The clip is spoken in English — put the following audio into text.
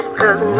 cause